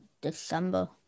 December